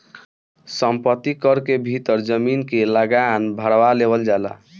संपत्ति कर के भीतर जमीन के लागान भारवा लेवल जाला